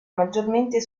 maggiormente